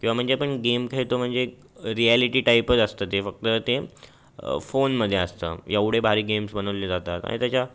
किंवा म्हणजे आपण गेम खेळतो म्हणजे रिॲलिटी टाईपच असतं ते फक्त ते फोनमध्ये असतं एवढे भारी गेम्स बनवले जातात आणि त्याच्या